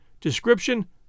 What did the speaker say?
description